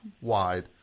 wide